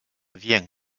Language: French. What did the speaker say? vient